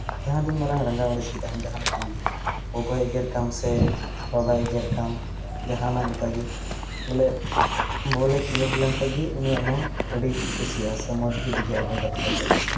ᱡᱟᱦᱟᱸ ᱛᱤᱱ ᱢᱟᱨᱟᱝ ᱨᱟᱸᱜᱟᱣ ᱟᱹᱲᱤᱥ ᱜᱮ ᱛᱟᱦᱮᱱ ᱡᱟᱦᱟᱸ ᱞᱮᱠᱟᱱ ᱜᱮ ᱜᱚᱜᱚᱭ ᱮᱜᱮᱨ ᱠᱟᱱ ᱥᱮ ᱵᱟᱟᱭ ᱮᱜᱮᱨ ᱠᱟᱱ ᱡᱟᱦᱟᱱᱟᱜ ᱞᱮᱠᱟᱜᱮ ᱵᱚᱞᱮ ᱵᱚᱞ ᱮ ᱠᱷᱤᱞᱸᱳᱰ ᱞᱮᱱᱠᱷᱟᱡ ᱜᱮ ᱩᱱᱤᱭᱟᱜ ᱢᱚᱱ ᱟᱹᱰᱤ ᱠᱩᱥᱤᱜᱼᱟ ᱥᱮ ᱢᱚᱡᱽ ᱜᱮ ᱵᱩᱡᱷᱟᱹᱜᱼᱟ ᱵᱚᱞ ᱜᱟᱛᱮ ᱠᱟᱛᱮᱫ